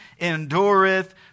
endureth